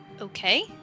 Okay